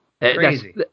Crazy